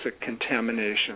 contamination